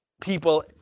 people